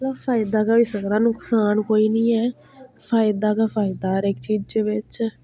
फायदा गै होई सकदा नुकसान कोई नी ऐ फायदा गै फायदा हर इक चीजै बिच्च